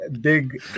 big